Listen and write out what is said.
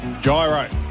Gyro